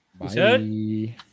Bye